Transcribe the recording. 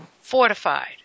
fortified